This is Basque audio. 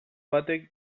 batek